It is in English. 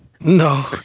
no